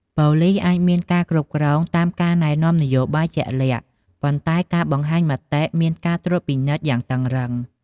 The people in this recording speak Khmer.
ប៉ូលីសអាចមានការគ្រប់គ្រងតាមការណែនាំនយោបាយជាក់លាក់ ប៉ុន្តែការបង្ហាញមតិមានការត្រួតពិនិត្យយ៉ាងតឹងរឹង។